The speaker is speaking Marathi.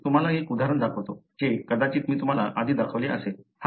मी तुम्हाला एक उदाहरण दाखवतो जे कदाचित मी तुम्हाला आधी दाखवले असेल